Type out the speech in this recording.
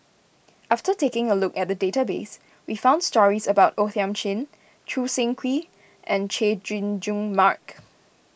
after taking a look at the database we found stories about O Thiam Chin Choo Seng Quee and Chay Jung Jun Mark